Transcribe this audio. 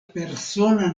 persona